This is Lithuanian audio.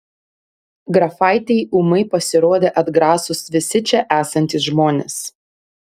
grafaitei ūmai pasirodė atgrasūs visi čia esantys žmonės